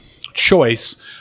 choice